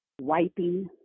wiping